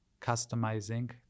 customizing